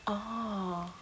orh